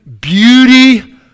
Beauty